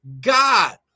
God